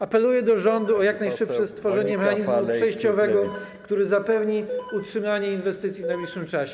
Apeluję do rządu o jak najszybsze stworzenie mechanizmu przejściowego, który zapewni utrzymanie inwestycji w najbliższym czasie.